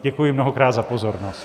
Děkuji mnohokrát za pozornost.